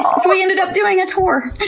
um so he ended up doing a tour! oh,